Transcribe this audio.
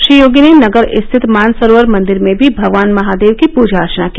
श्री योगी ने नगर स्थित मानसरोवर मंदिर में भी भगवान महादेव की पूजा अर्चना की